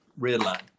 Redline